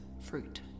Fruit